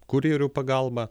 kurjerių pagalba